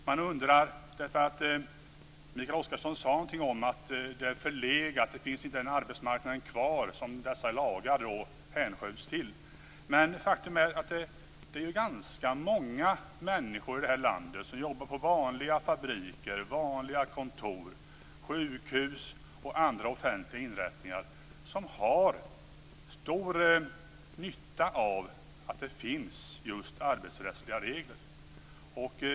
Han sade någonting om att de är förlegade och att den arbetsmarknad som dessa lagar är anpassade för inte finns kvar. Men faktum är att det är ganska många människor i detta land som jobbar på vanliga fabriker, vanliga kontor, sjukhus och andra offentliga inrättningar som har stor nytta av att det finns just arbetsrättsliga regler.